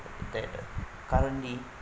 that currently